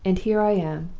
and here i am,